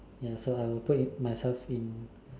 ya so I'll put in myself in